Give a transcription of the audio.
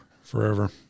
Forever